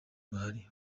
buhari